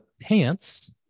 pants